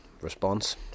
response